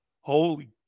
Holy